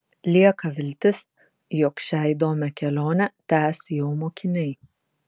lieka viltis jog šią įdomią kelionę tęs jo mokiniai